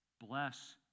bless